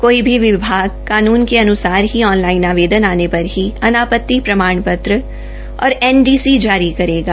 कोई भी विभाग कानुन के अनुसार ही ऑन लाइन आवेदन आने पर ही अनापति प्रमाण पत्र और एनडीसी जारी करेगा